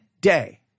day